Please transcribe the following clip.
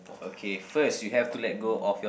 okay first you have to let go of your